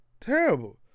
terrible